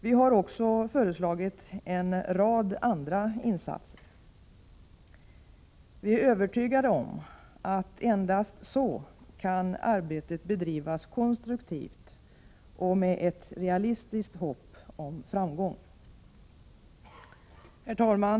Vi har också föreslagit en rad andra insatser. Vi är övertygade om att arbetet endast på det sättet kan bedrivas konstruktivt och med ett realistiskt hopp om framgång. Herr talman!